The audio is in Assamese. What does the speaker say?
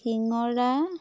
শিঙৰা